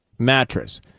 mattress